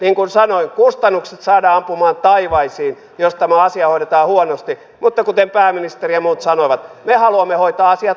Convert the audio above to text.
niin kuin sanoin kustannukset saadaan ampumaan taivaisiin jos tämä asia hoidetaan huonosti mutta kuten pääministeri ja muut sanoivat me haluamme hoitaa asiat hyvin